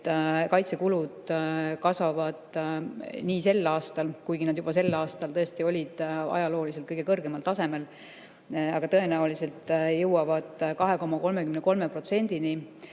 et kaitsekulud kasvavad ka sel aastal, kuigi nad sel aastal tõesti juba olid ajalooliselt kõige kõrgemal tasemel, aga tõenäoliselt jõuavad 2,33%-ni.